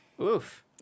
Oof